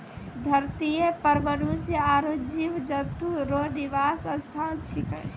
धरतीये पर मनुष्य आरु जीव जन्तु रो निवास स्थान छिकै